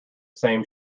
same